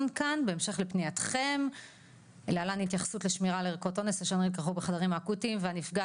אנחנו ממשיכים בדיון בנושא החדרים האקוטיים בישראל,